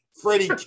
Freddie